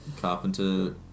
Carpenter